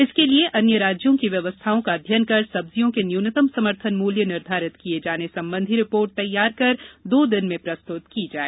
इसके लिए अन्य राज्यों की व्यवस्थाओं का अध्ययन कर सब्जियों के न्यूनतम समर्थन मूल्य निर्धारित किए जाने संबंधी रिपोर्ट तैयार कर दो दिन में प्रस्तुत की जाए